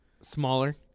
Smaller